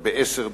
בעשר דקות?